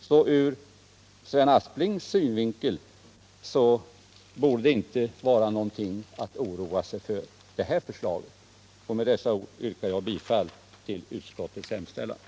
Så ur Sven Asplings synvinkel borde det här förslaget inte vara något att oroa sig för. Med dessa ord yrkar jag bifall till utskottets hemställan.